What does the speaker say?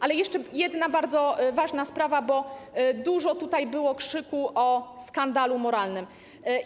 Ale jeszcze jedna bardzo ważna sprawa, bo dużo tutaj było krzyku o skandalu moralnym.